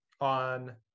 on